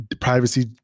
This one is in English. privacy